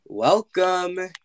Welcome